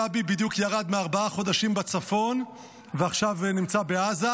גבי בדיוק ירד מארבעה חודשים בצפון ועכשיו נמצא בעזה,